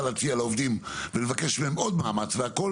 להציע לעובדים ולבקש מהם עוד מאמץ והכול.